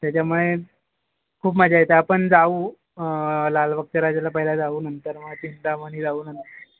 त्याच्यामुळे खूप मजा येते आपण जाऊ लालबागच्या राजाला पहिला जाऊ नंतर मग चिंतामणी जाऊ